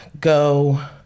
go